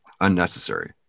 unnecessary